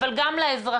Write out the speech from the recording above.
אבל גם לאזרחים.